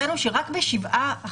מצאנו שרק ב-7%